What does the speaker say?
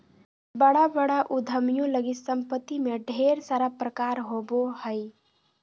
बड़ा बड़ा उद्यमियों लगी सम्पत्ति में ढेर सारा प्रकार होबो हइ